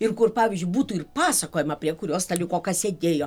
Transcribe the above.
ir kur pavyzdžiui būtų ir pasakojama prie kurio staliuko sėdėjo